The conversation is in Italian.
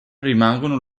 rimangono